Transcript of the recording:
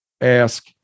ask